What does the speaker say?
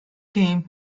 came